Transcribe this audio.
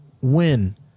Win